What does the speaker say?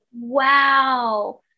wow